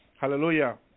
Hallelujah